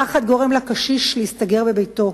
הפחד גורם לקשיש להסתגר בביתו,